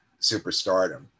superstardom